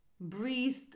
breathed